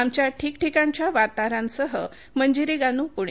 आमच्या ठिकठिकाणच्या वार्ताहरांसह मंजिरी गानू पुणे